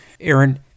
Aaron